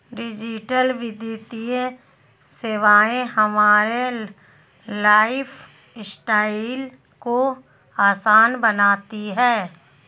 digital वित्तीय सेवाएं हमारे लाइफस्टाइल को आसान बनाती हैं